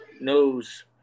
knows